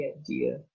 idea